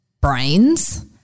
Brains